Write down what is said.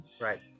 Right